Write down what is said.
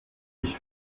ich